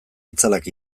itzalak